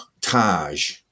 Taj